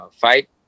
fight